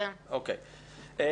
מה